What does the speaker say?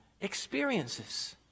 experiences